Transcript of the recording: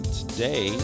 today